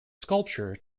sculpture